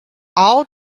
all